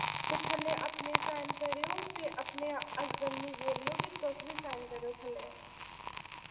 ते थल्लै अपने साइन करेओ ते अपने हस्बैंड गी बोल्लेओ कि तुस बी साइन करेओ थल्लै